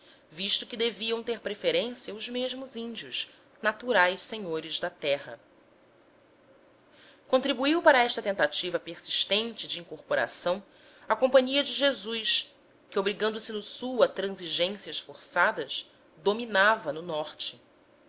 visto que deviam ter preferência os mesmos índios naturais senhores da terra contribuiu para esta tentativa persistente de incorporação a companhia de jesus que obrigando se no sul a transigências forçadas dominava no norte